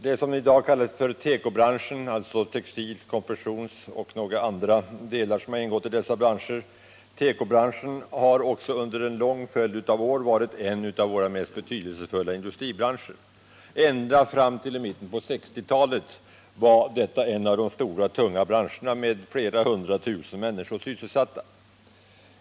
Det som i dag kallas tekobranschen — alltså textiloch konfektionsindustri och några andra grenar — har också under en lång följd av år varit en av våra mest betydelsefulla industribranscher. Ända fram till mitten av 1960-talet var den en av de stora, tunga branscherna med inemot ett par hundra tusen människor sysselsatta.